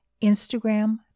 Instagram